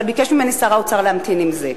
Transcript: אבל ביקש ממני שר האוצר להמתין עם זה,